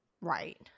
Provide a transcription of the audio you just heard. Right